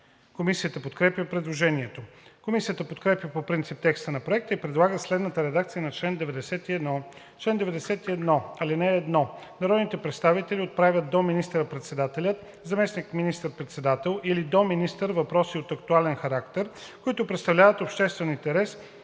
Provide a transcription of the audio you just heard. Комисията подкрепя предложението. Комисията подкрепя по принцип текста на Проекта и предлага следната редакция на чл. 91: „Чл. 91. (1) Народните представители отправят до министър-председателя, заместник министър-председател или до министър въпроси от актуален характер, които представляват обществен интерес